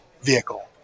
vehicle